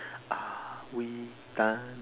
are we done